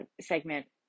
segment